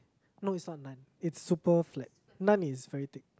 no it's not naan it's super flat naan is very thick